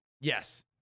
Yes